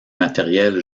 matériel